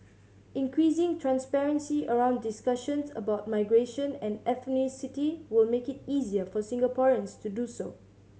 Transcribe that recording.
increasing transparency around discussions about migration and ethnicity will make it easier for Singaporeans to do so